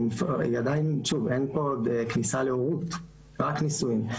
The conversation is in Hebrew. עדיין, אין פה כניסה להורות, רק נישואין.